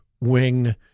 wing